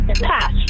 Pass